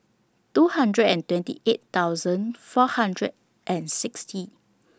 two hundred and twenty eight thousand four hundred and sixty